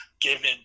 given